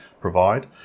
provide